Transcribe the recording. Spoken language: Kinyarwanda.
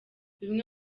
bimwe